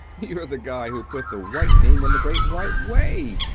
you're the guy who put the whitening in the great white way.